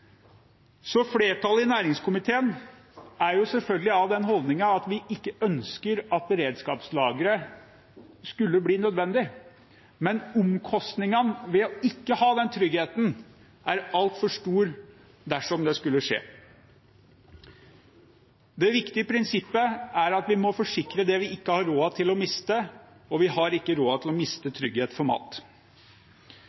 Flertallet i næringskomiteen har selvfølgelig den holdningen at vi ikke ønsker at beredskapslageret skal bli nødvendig, men omkostningene ved ikke å ha den tryggheten er altfor store dersom det skulle skje. Det viktige prinsippet er at vi må forsikre det vi ikke har råd til å miste, og vi har ikke råd til å miste